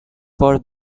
for